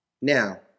Now